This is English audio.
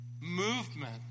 movement